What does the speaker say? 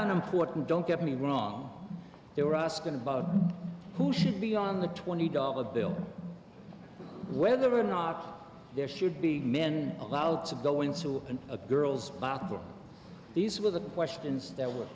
an important don't get me wrong they were asking about who should be on the twenty dollar bill whether or not there should be men allowed to go into a girl's bathroom these were the questions that were